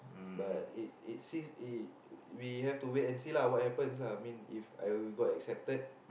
but it it says it we have to wait and see lah what happens lah mean if we got accepted